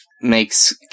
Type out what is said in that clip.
makes